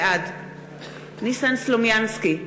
בעד ניסן סלומינסקי,